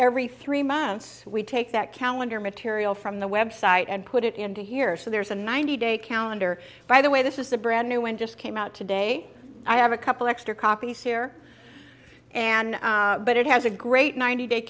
every three months we take that calendar material from the website and put it into year so there's a ninety day calendar by the way this is a brand new and just came out today i have a couple extra copies here and but it has a great ninety day